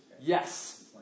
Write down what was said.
Yes